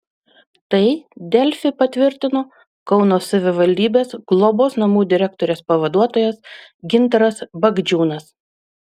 tai delfi patvirtino kauno savivaldybės globos namų direktorės pavaduotojas gintaras bagdžiūnas